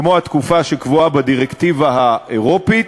כמו התקופה שקבועה בדירקטיבה האירופית.